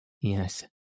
yes